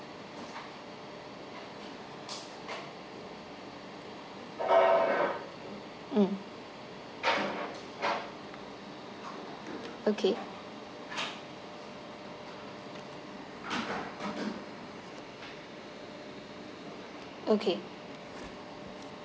mm okay okay